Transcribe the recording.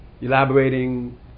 elaborating